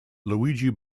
luigi